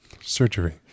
surgery